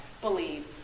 believe